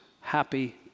happy